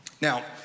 Now